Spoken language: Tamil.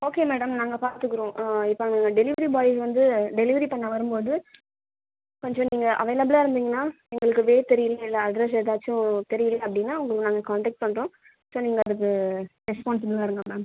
ஓகே மேடம் நாங்கள் பார்த்துக்குறோம் இப்போ எங்கள் டெலிவரி பாய் வந்து டெலிவரி பண்ண வரும்போது கொஞ்சம் நீங்கள் அவைளபுலாக இருந்தீங்கன்னால் எங்களுக்கு வே தெரியல இல்லை அட்ரெஸ் எதாச்சும் தெரியல அப்படின்னா உங்களை நாங்கள் காண்டெக்ட் பண்ணுறோம் ஸோ நீங்கள் அதுக்கு ரெஸ்பான்ஸுபிளா இருங்கள் மேம்